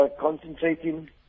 concentrating